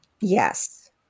Yes